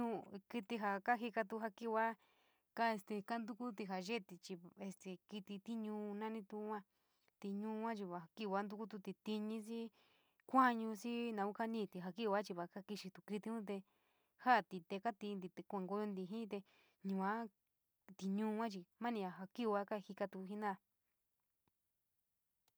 kiti jaa ja kajika jaa kiivia kaa ste kantuukue jia yeeti chi este kititino namito yuu, tino yuu chi va ja liio ntokutu tin xii kuanyi xii kii nou kanitt ja kiito chi va kiito kkit jaa te kainti te kaantvoyi jiin te yua liinua chi mani ka kiioua ka jika tu jena´a.